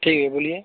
ठीक है बोलिए